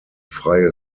freie